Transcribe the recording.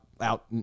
out